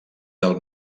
del